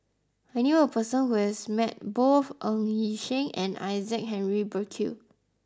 I knew a person who has met both Ng Yi Sheng and Isaac Henry Burkill